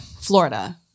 Florida